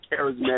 charismatic